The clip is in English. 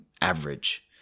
average